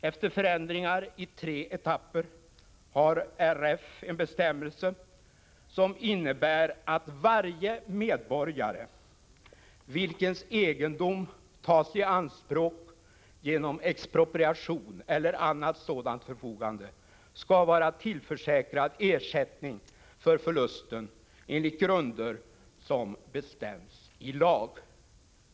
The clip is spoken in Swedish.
Efter förändringar i tre etapper har RF en bestämmelse som innebär att varje medborgare vilkens egendom tas i anspråk genom expropriation eller annat sådant förfogande skall vara tillförsäkrad ersättning för förlusten enligt grunder som bestäms i lag.